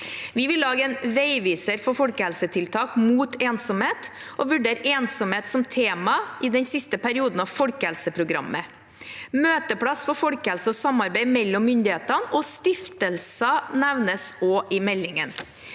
Vi vil lage en veiviser for folkehelsetiltak mot ensomhet og vurderer ensomhet som tema i siste periode av folkehelseprogrammet. Møteplass for folkehelse og samarbeid mellom myndighetene og stiftelser nevnes også i meldingen.